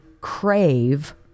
crave